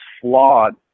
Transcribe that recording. flawed